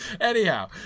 Anyhow